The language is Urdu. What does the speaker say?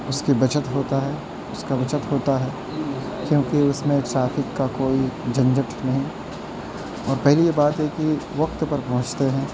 اس کی بچت ہوتا ہے اس کا بچت ہوتا ہے کیوںکہ اس میں ٹرافک کا کوئی جھنجھٹ نہیں اور پہلی بات یہ ہے کہ وقت پر پہنچتے ہیں